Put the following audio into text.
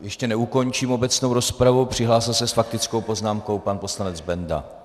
Ještě neukončím obecnou rozpravu, přihlásil se s faktickou poznámkou pan poslanec Benda.